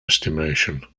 estimation